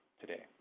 today